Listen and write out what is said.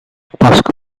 baskı